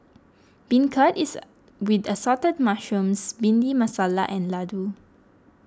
beancurd is with Assorted Mushrooms Bhindi Masala and Laddu